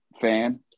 fan